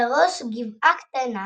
על ראש גבעה קטנה,